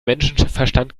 menschenverstand